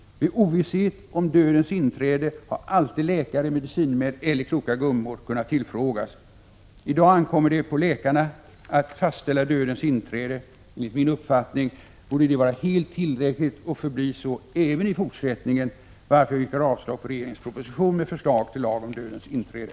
Vid ovisshet om dödens inträde har alltid läkare, medicinmän eller kloka gummor kunnat tillfrågas. I dag ankommer det på läkarna att fastställa dödens inträde. Enligt min uppfattning borde det vara helt tillräckligt och förbli så även i fortsättningen, varför jag yrkar avslag på regeringens proposition med förslag till lag om dödens inträde.